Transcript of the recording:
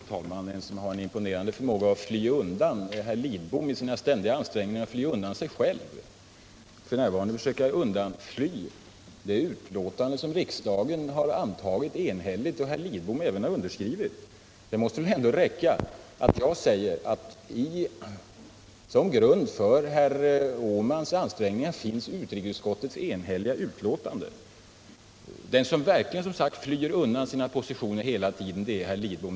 Herr talman! En som har en imponerande förmåga att fly undan är herr Lidbom, i sina ständiga ansträngningar att fly undan sig själv. F.n. försöker herr Lidbom undfly det betänkande som riksdagen har antagit enhälligt och som även herr Lidbom har underskrivit. Det måste väl ändå vara tillräckligt att jag säger att som grund för herr Åmans ansträngningar finns utrikesutskottets enhälliga betänkande. Som jag nyss sade, den som verkligen flyr undan sina positioner hela tiden, det är herr Lidbom.